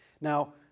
Now